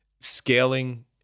scaling